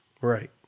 Right